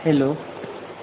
hello